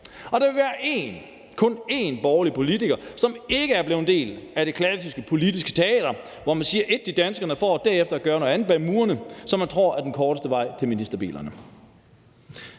og der vil være én og kun én borgerlig politiker, som ikke er blevet en del af det klassiske politiske teater, hvor man siger ét til danskerne for derefter bag murene at gøre noget andet, som man tror er den korteste vej til ministerbilerne.